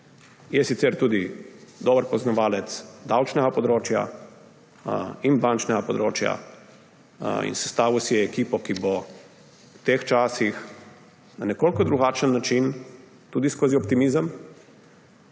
Je sicer tudi dober poznavalec davčnega področja in bančnega področja. In sestavil si je ekipo, ki bo v teh časih na nekoliko drugačen način, tudi skozi optimizem,